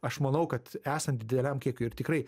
aš manau kad esant dideliam kiekiui ir tikrai